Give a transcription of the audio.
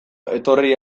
etorri